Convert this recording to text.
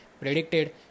predicted